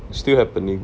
still happening